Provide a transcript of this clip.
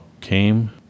came